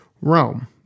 rome